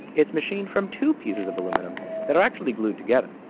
it's machined from two pieces of aluminum that are actually glued together.